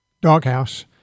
doghouse